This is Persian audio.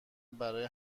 برای